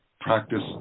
practice